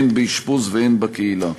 הן באשפוז והן בקהילה.